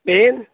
pen